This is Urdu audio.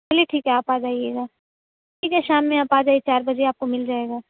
چلیے ٹھیک ہے آپ آ جائیے گا ٹھیک ہے شام میں آپ آ جائیے چار بجے آپ کو مل جائے گا